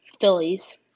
Phillies